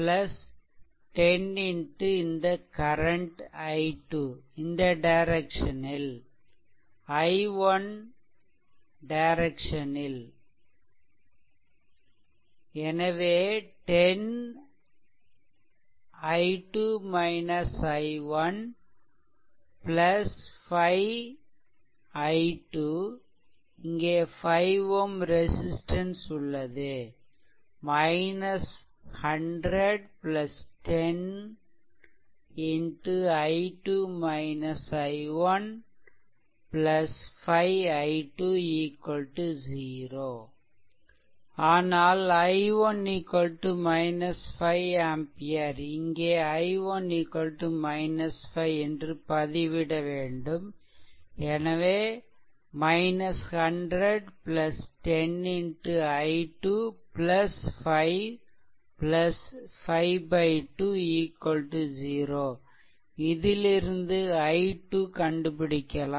100 10 இந்த current i2 இந்த டைரெக்சனில் i1 இந்த டைரெக்சனில் எனவே 10 i2 i1 5 i2இங்கே 5 Ω ரெசிஸ்ட்டன்ஸ் உள்ளது 100 10 5 i2 0 ஆனால் i1 5 ஆம்பியர் இங்கே i1 5 என்று பதிவிட வேண்டும் எனவே 100 10 i2 5 5 2 0 இதிலிருந்து i2 கண்டுபிடிக்கலாம்